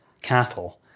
cattle